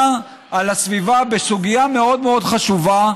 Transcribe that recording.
על הסביבה בסוגיה מאוד מאוד חשובה,